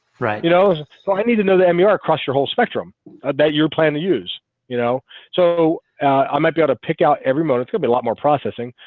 right? you know so i need to know the m your across your whole spectrum i bet you're planning to use you know so i might be able to pick out every motor fuel be a lot more processing,